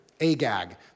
Agag